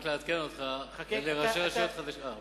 רק לעדכן אותך, לראשי רשויות, חכה.